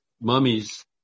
mummies